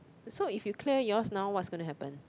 so if you clear yours now what's gonna happen